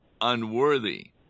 unworthy